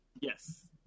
Yes